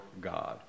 God